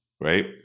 right